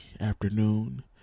afternoon